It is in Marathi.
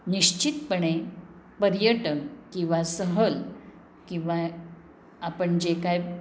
निश्चितपणे पर्यटन किंवा सहल किंवा आपण जे काय